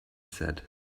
said